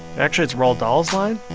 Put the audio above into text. actually, it's roald dahl's line